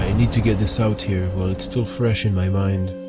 and need to get this out here while it's still fresh on my mind.